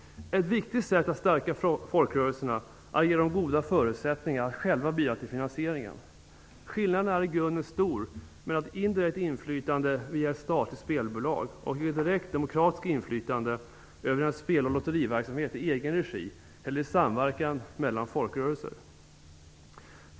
Ett viktigt sätt att stärka folkrörelserna är att ge dem goda förutsättningar att själva bidra till finansieringen. Skillnaden är i grunden stor mellan ett indirekt inflytande via ett statligt spelbolag och ett direkt demokratiskt inflytande över en speloch lotteriverksamhet i egen regi eller i samverkan mellan folkrörelser.